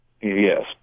yes